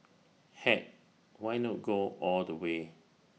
heck why not go all the way